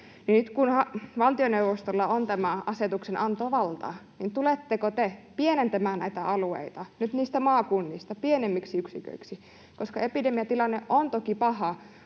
Nyt kun valtioneuvostolla on tämä asetuksenantovalta, niin tuletteko te pienentämään näitä alueita maakunnista pienemmiksi yksiköiksi, koska epidemiatilanne on toki paha